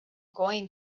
going